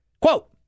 Quote